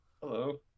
Hello